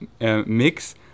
mix